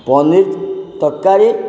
ପନିର ତରକାରୀ